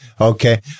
Okay